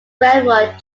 railroad